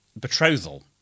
betrothal